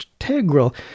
integral